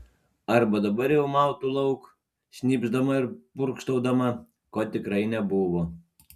arba dabar jau mautų lauk šnypšdama ir purkštaudama ko tikrai nebuvo